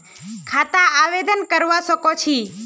खाता आवेदन करवा संकोची?